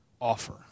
offer